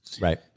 Right